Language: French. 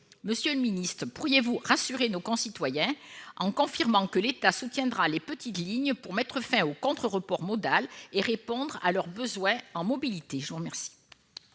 Monsieur le secrétaire d'État, pourriez-vous rassurer nos concitoyens, en confirmant que l'État soutiendra les petites lignes pour mettre fin au contre-report modal et répondre à leurs besoins en mobilité ?